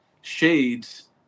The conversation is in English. shades